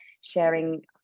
sharing